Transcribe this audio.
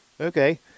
Okay